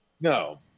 no